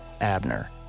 Abner